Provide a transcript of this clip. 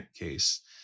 case